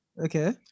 okay